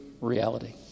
reality